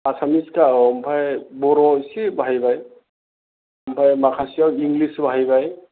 आसामिसखा औ ओमफ्राय बर' इसे बाहायबाय ओमफ्राय माखासेयाव इंलिस बाहायबाय